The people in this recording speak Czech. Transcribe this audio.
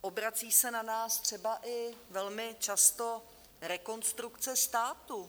Obrací se na nás třeba i velmi často Rekonstrukce státu.